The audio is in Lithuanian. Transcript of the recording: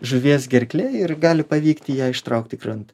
žuvies gerklėj ir gali pavykti ją ištraukt į krantą